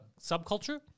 subculture